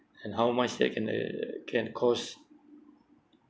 and how much that can uh can cause